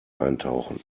eintauchen